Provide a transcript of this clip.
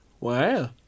Wow